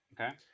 Okay